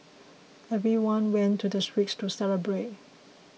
everyone went to the streets to celebrate